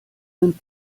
sind